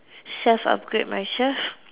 self upgrade myself